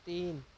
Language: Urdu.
تین